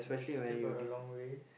mm still got a long way